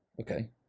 okay